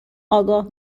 آگاه